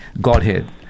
Godhead